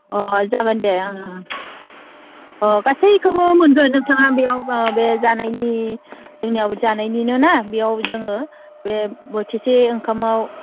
अ जागोन दे ओं ओं अ गासैखौबो मोनगोन नोंथाङा बेयाव बे जानयानि जोंनियाव जानायनिनोना बेयाव जोङो बे बोथिसे ओंखामाव